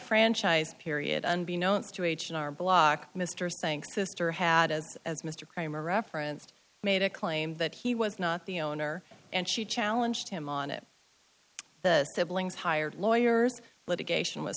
franchise period unbeknownst to h and r block mr saying sister had as as mr cramer referenced made a claim that he was not the owner and she challenged him on it the siblings hired lawyers litigation was